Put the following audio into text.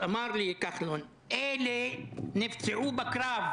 אמר לי כחלון: אלה נפצעו בקרב